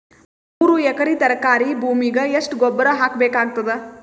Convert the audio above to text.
ಮೂರು ಎಕರಿ ತರಕಾರಿ ಭೂಮಿಗ ಎಷ್ಟ ಗೊಬ್ಬರ ಹಾಕ್ ಬೇಕಾಗತದ?